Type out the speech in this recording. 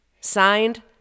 Signed